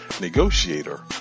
Negotiator